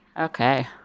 Okay